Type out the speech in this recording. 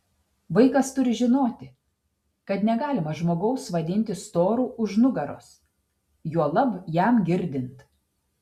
vaikas turi žinoti kad negalima žmogaus vadinti storu už nugaros juolab jam girdint